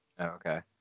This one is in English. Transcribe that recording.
Okay